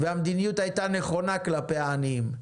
והמדיניות הייתה נכונה כלפי העניים.